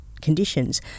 conditions